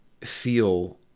feel